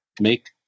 make